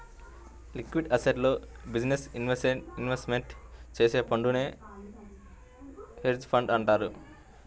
liquid అసెట్స్లో business investment చేసే ఫండునే చేసే హెడ్జ్ ఫండ్ అంటారు